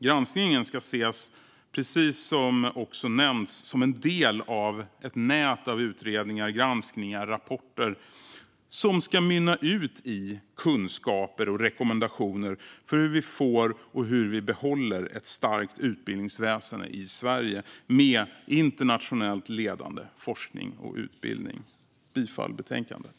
Granskningen ska ses, precis som också nämns, som en del i ett nät av utredningar, granskningar och rapporter som ska mynna ut i kunskaper och rekommendationer för hur vi får, och hur vi behåller, ett starkt utbildningsväsen i Sverige, med internationellt ledande forskning och utbildning. Jag yrkar bifall till förslaget i betänkandet.